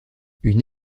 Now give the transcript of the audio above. une